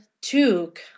took